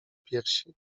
piersi